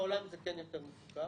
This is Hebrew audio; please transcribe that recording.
בעולם זה כן יותר מפוקח,